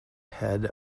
head